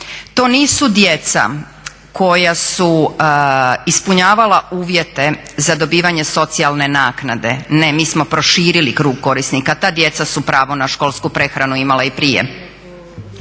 To nisu djeca koja su ispunjavala uvjete za dobivanje socijalne naknade, ne mi smo proširili krug korisnika. Ta djeca su na školsku prehranu imala i prije.